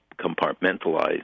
compartmentalize